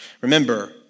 Remember